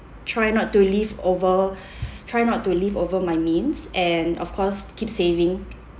try not to live over try not to live over my means and of course keep saving